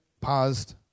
paused